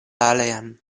alian